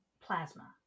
plasma